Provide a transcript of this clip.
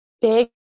big